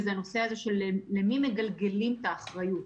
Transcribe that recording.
וזה הנושא הזה של למי מגלגלים את האחריות.